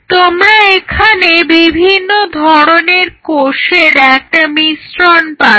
তোমরা এখানে বিভিন্ন ধরনের কোষের একটা মিশ্রন পাচ্ছ